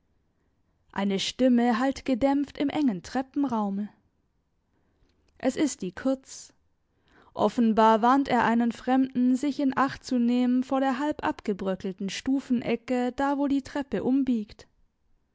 eine stimme hallt gedämpft im engen treppenraume es ist die kurts offenbar warnt er einen fremden sich in acht zu nehmen vor der halbabgebröckelten stufenecke da wo die treppe umbiegt